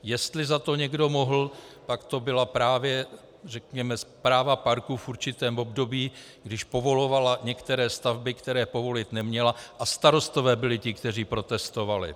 Jestli za to někdo mohl, tak to byla právě správa parku v určitém období, když povolovala některé stavby, které povolit neměla, a starostové byli ti, kteří protestovali.